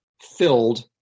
filled